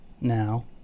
now